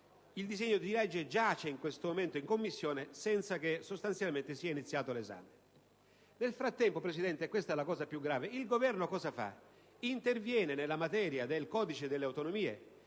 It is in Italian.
Il disegno di legge giace quindi in questo momento in Commissione senza che sostanzialmente ne sia iniziato l'esame. Nel frattempo, Presidente, e questa è la cosa più grave, il Governo interviene nella materia del codice delle autonomie